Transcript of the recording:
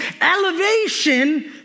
elevation